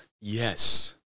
Yes